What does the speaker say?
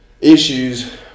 issues